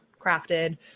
crafted